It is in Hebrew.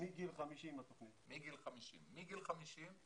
התוכנית מגיל 50. מגיל 50,